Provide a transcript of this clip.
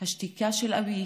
השתיקה של אבי